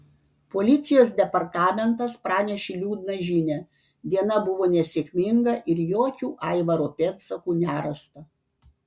policijos departamentas pranešė liūdną žinią diena buvo nesėkminga ir jokių aivaro pėdsakų nerasta